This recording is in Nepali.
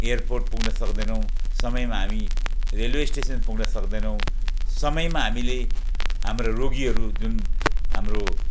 एयरपोर्ट पुग्न सक्दैनौँ समयमा हामी रेलवे स्टेसन पुग्न सक्दैनौँ समयमा हामीले हाम्रो रोगीहरू जुन हाम्रो